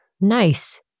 Nice